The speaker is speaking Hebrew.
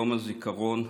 יום הזיכרון,